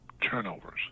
turnovers